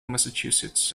massachusetts